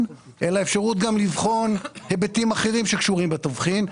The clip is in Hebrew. אלא אפשרות גם לבחון היבטים אחרים שקשורים בתבחין .